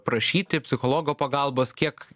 prašyti psichologo pagalbos kiek